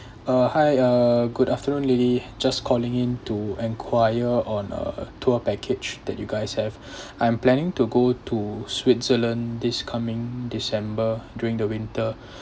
uh hi uh good afternoon lily just calling in to enquire on a tour package that you guys have I'm planning to go to switzerland this coming december during the winter